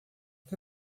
que